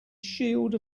shield